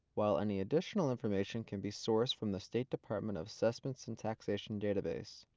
while any additional information can be sourced from the state department of assessments and taxation database.